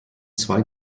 zwei